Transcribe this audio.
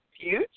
future